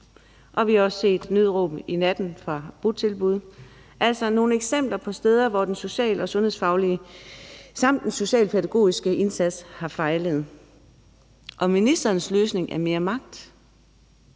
og vi har også set »Nødråb i natten« om botilbud, altså nogle eksempler på steder, hvor den social- og sundhedsfaglige samt den socialpædagogiske indsats har fejlet, og ministerens løsning er mere magt.